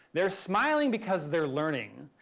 they're smiling because they're learning.